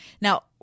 Now-